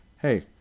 hey